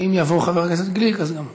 ואם יבוא חבר הכנסת גליק, אז גם הוא.